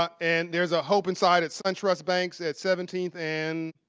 ah and there's a hope inside at suntrust banks at seventeenth and